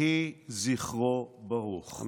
יהי זכרו ברוך.